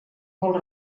molt